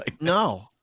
No